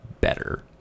better